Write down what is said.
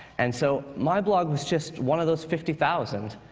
and so my blog was just one of those fifty thousand.